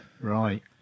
right